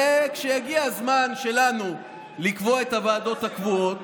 וכשיגיע הזמן שלנו לקבוע את הוועדות הקבועות,